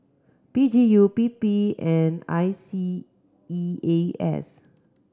P G U P P and I C E A S